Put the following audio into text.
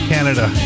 Canada